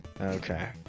Okay